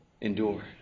Endure